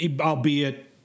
albeit